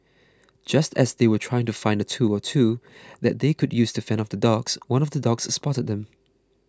just as they were trying to find a tool or two that they could use to fend off the dogs one of the dogs spotted them